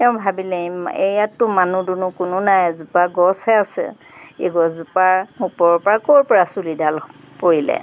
তেওঁ ভাবিলে ইয়াততো মানুহ দুনুহ কোনো নাই এজোপা গছহে আছে এই গছজোপাৰ ওপৰৰ পৰা ক'ৰ পৰা চুলিডাল পৰিলে